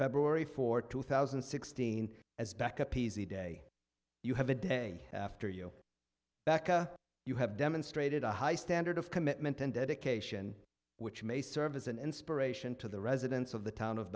february fourth two thousand and sixteen as backup easy day you have a day after you becca you have demonstrated a high standard of commitment and dedication which may serve as an inspiration to the residents of the town of